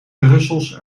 brussels